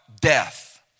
death